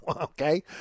okay